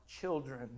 children